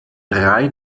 drei